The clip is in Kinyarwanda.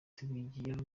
tubigeraho